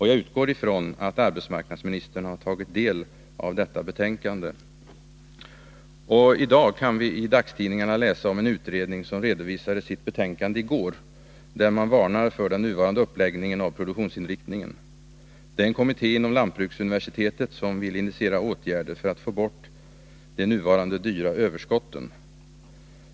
Jag utgår från att arbetsmarknadsministern har tagit del av detta betänkande. I dag kan vi i dagstidningarna läsa om en utredning som redovisade sitt betänkande i går. Där varnar man för den nuvarande uppläggningen av produktionsinriktningen. Det är en kommitté inom lantbruksuniversitetet som vill initiera åtgärder för att få bort de nuvarande dyra överskotten.